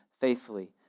faithfully